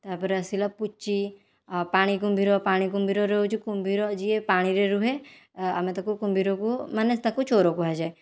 ତା ପରେ ଆସିଲା ପୁଚି ପାଣି କୁମ୍ଭୀର ପାଣି କୁମ୍ଭୀରରେ ହେଉଛି କୁମ୍ଭୀର ଯିଏ ପାଣିରେ ରୁହେ ଆମେ ତାକୁ କୁମ୍ଭୀରକୁ ମାନେ ତାକୁ ଚୋର କୁହାଯାଏ